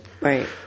right